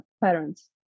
parents